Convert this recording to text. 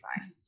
fine